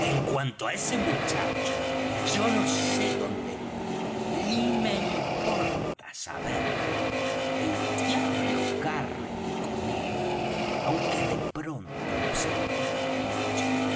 en cuanto á ese muchacho yo no sé dónde está ni me importa saberlo el diablo cargue con él aunque de pronto lo sentimos mucho